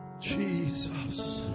Jesus